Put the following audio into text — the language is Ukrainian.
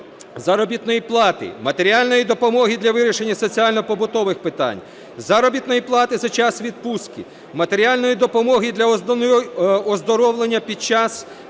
заробітної плати, матеріальної допомоги для вирішення соціально-побутових питань, заробітної плати за час відпустки, матеріальної допомоги для оздоровлення під час